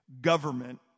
government